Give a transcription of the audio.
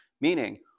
Meaning